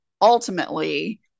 ultimately